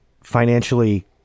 financially